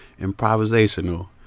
improvisational